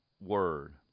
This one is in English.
word